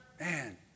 Man